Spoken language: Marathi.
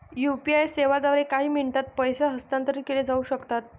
यू.पी.आई सेवांद्वारे काही मिनिटांत पैसे हस्तांतरित केले जाऊ शकतात